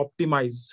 optimize